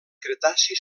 cretaci